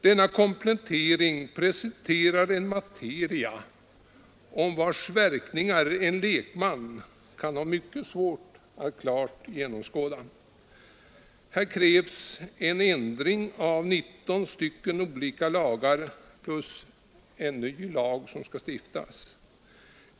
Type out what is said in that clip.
Denna komplettering presenterar en materia vars verkningar en lekman kan ha mycket svårt att klart genomskåda. Här krävs ändring av 19 olika lagar plus en ny lag, som nu skall stiftas.